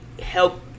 help